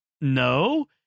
no